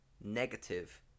negative